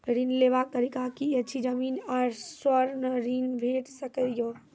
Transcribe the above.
ऋण लेवाक तरीका की ऐछि? जमीन आ स्वर्ण ऋण भेट सकै ये?